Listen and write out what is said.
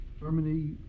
Germany